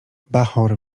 bachor